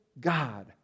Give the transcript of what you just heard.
God